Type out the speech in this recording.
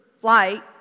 Flight